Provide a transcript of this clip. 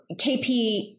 KP